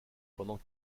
pendant